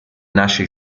nasce